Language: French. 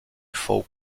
four